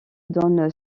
donne